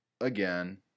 Again